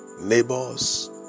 neighbors